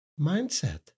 Mindset